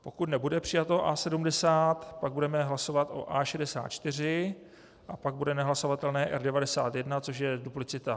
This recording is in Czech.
Pokud nebude přijato A70, pak budeme hlasovat o A64 a pak bude nehlasovatelné R91, což je duplicita.